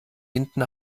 hinten